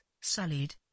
sullied